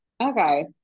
okay